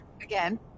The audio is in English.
Again